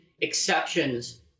exceptions